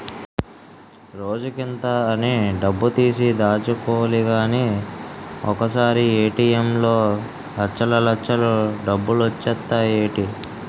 రోజుకింత అని డబ్బుతీసి దాచుకోలిగానీ ఒకసారీ ఏ.టి.ఎం లో లచ్చల్లచ్చలు డబ్బులొచ్చేత్తాయ్ ఏటీ?